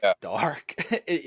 dark